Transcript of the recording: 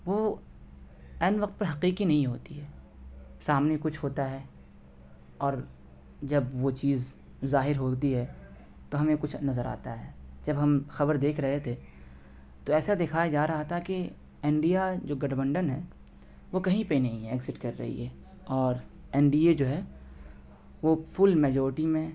وہ عین وقت پہ حقیقی نہیں ہوتی ہے سامنے کچھ ہوتا ہے اور جب وہ چیز ظاہر ہوتی ہے تو ہمیں کچھ نظر آتا ہے جب ہم خبر دیکھ رہے تھے تو ایسا دکھایا جا رہا تھا کہ انڈیا جو گٹھبنڈھن ہے وہ کہیں پہ نہیں ہے ایکزٹ کر رہی ہے اور این ڈی اے جو ہے وہ فل میجورٹی میں